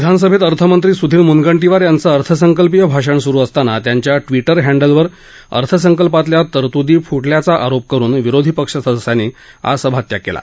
विधानसभेत अर्थमंत्री सुधीर मुनगंटीवार यांचं अर्थसंकल्पीय भाषण सुरु असताना त्यांच्या ट्वीटर हँडलवर अर्थसंकल्पातल्या तरतुदी फुटल्याचा आरोप करुन विरोधी पक्ष सदस्यांनी सभात्याग केला